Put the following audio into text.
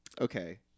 okay